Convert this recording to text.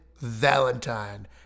Valentine